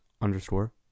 underscore